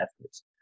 efforts